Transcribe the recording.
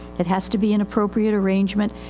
it has to be an appropriate arrangement.